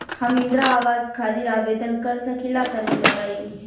हम इंद्रा आवास खातिर आवेदन कर सकिला तनि बताई?